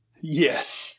yes